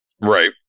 Right